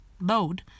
load